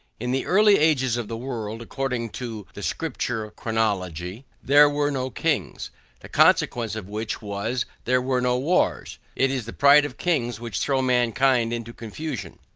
in the early ages of the world, according to the scripture chronology, there were no kings the consequence of which was there were no wars it is the pride of kings which throw mankind into confusion.